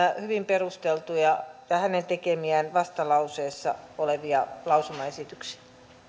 hyvin perusteltuja ja hänen tekemiään vastalauseessa olevia lausumaesityksiä